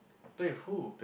play with who